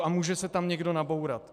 A může se tam někdo nabourat.